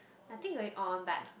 nothing going on but